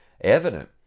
evident